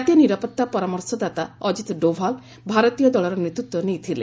କାତୀୟ ନିରାପତ୍ତା ପରାମର୍ଶଦାତା ଅଜିତ୍ ଡୋଭାଲ୍ ଭାରତୀୟ ଦଳର ନେତୃତ୍ୱ ନେଇଥିଲେ